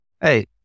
Hey